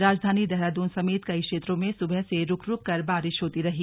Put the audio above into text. राजधानी देहरादून समेत कई क्षेत्रों में सुबह से रुक रुक कर बारिश होती रही